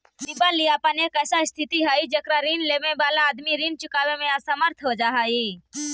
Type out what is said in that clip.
दिवालियापन एक ऐसा स्थित हई जेकरा में ऋण लेवे वाला आदमी ऋण चुकावे में असमर्थ हो जा हई